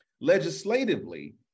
legislatively